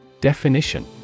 Definition